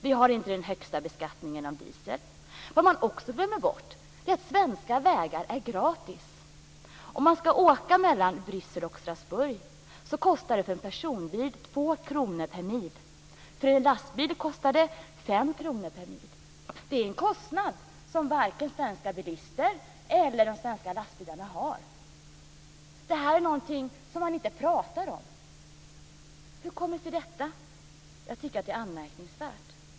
Vi har inte den högsta beskattningen av diesel. Vad man också glömmer bort är att svenska vägar är gratis. Om man ska åka mellan Bryssel och Strasbourg kostar det för en personbil 2 kr per mil. För en lastbil kostar det 5 kr per mil. Det är en kostnad som varken svenska bilister eller de svenska lastbilarna har. Det här är någonting man inte pratar om. Hur kommer sig detta? Jag tycker att det är anmärkningsvärt.